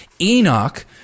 Enoch